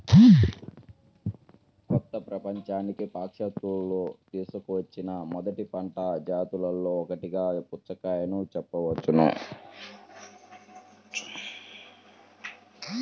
కొత్త ప్రపంచానికి పాశ్చాత్యులు తీసుకువచ్చిన మొదటి పంట జాతులలో ఒకటిగా పుచ్చకాయను చెప్పవచ్చు